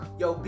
yo